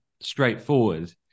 straightforward